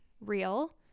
real